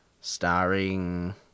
Starring